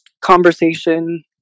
conversation